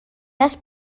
les